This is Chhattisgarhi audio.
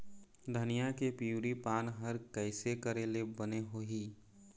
धनिया के पिवरी पान हर कइसे करेले बने होही?